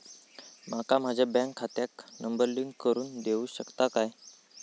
माका माझ्या बँक खात्याक नंबर लिंक करून देऊ शकता काय?